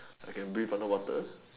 I can breath underwater